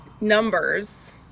numbers